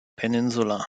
peninsula